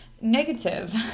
Negative